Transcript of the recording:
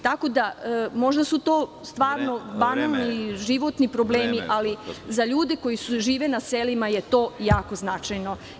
Tako da možda su to stvarno banalni životni problemi, ali za ljude koji žive na selima je jako značajno.